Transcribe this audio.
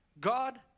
God